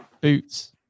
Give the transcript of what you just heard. Boots